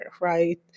right